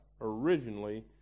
originally